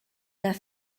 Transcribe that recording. der